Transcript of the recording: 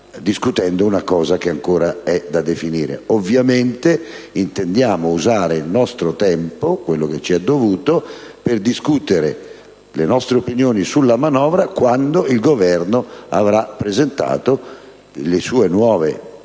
discutendo una cosa che ancora è da definire. Ovviamente intendiamo usare il nostro tempo, quello che ci è dovuto, per discutere le nostre opinioni sulla manovra, quando il Governo avrà presentato le sue innovazioni,